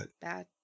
bad